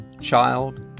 child